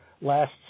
last